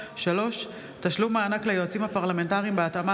3. תשלום מענק ליועצים הפרלמנטריים בהתאמה